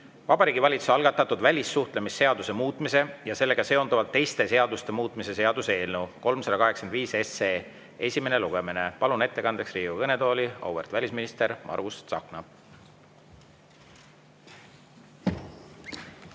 Vabariigi Valitsuse algatatud välissuhtlemisseaduse muutmise ja sellega seonduvalt teiste seaduste muutmise seaduse eelnõu 385 esimene lugemine. Palun ettekandeks Riigikogu kõnetooli auväärt välisministri Margus Tsahkna.